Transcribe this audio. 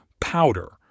powder